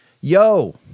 Yo